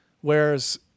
whereas